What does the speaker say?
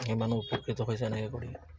সেই মানুহ উপকৃত হৈছে এনেকে কৰি